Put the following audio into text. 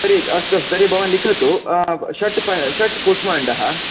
तर्हि अस्तु अस्तु तर्हि भवान् लिखतु षट् षट् कूष्माण्डाः